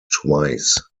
twice